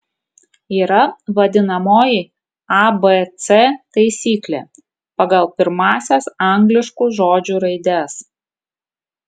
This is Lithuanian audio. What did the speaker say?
yra vadinamoji abc taisyklė pagal pirmąsias angliškų žodžių raides